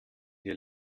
dir